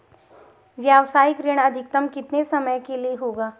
व्यावसायिक ऋण अधिकतम कितने समय के लिए होगा?